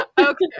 Okay